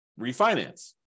refinance